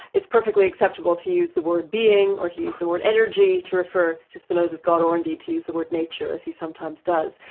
it's perfectly acceptable to use the word being or to use the word energy to refer to spinoza's god or indeed to use the word nature as he sometimes does.